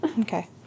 Okay